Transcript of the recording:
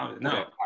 No